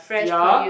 ya